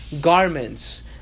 garments